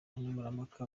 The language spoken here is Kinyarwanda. nkemurampaka